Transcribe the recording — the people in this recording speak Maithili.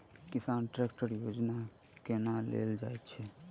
किसान ट्रैकटर योजना केना लेल जाय छै?